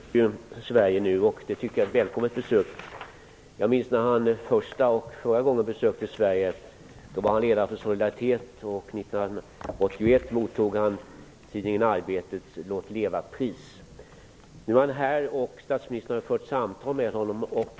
Herr talman! President Lech Walesa besöker ju Sverige nu, vilket jag tycker är ett välkommet besök. Jag minns när han förra gången för första gången besökte Sverige. Då var han ledare för Solidaritet, och Nu är han här och statsministern har fört samtal med honom.